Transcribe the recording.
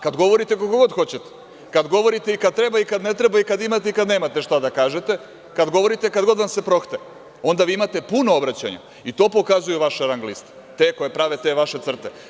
Kad govorite koliko god hoćete, kad govorite i kad treba i kad ne treba i kad imate i kad nemate šta da kažete, kad govorite kad god vam se prohte, onda vi imate puno obraćanja i to pokazuju vaše rang liste, te koje pravi ta vaša CRTA.